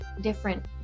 different